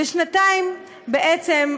ושנתיים בעצם,